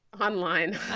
Online